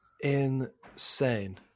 insane